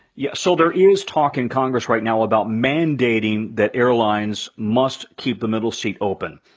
yes. so there is talk in congress right now about mandating that airlines must keep the middle seat open.